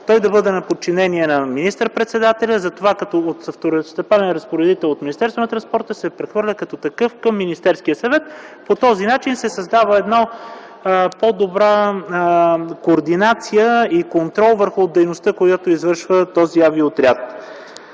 той да бъде на подчинение на министър-председателя, затова като второстепенен разпоредител от Министерството на транспорта се прехвърля като такъв към Министерския съвет. По този начин се създава една по-добра координация и контрол върху дейността, която извършва този авиоотряд.